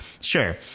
Sure